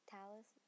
Talis